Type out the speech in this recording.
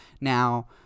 Now